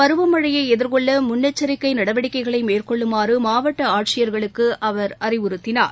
பருவமழையை எதிர்கொள்ள முன்னெச்சரிக்கை நடவடிக்கைகளை மேற்கொள்ளுமாறு மாவட்ட ஆட்சியர்களுக்கு அவர் அறிவுறுத்தினார்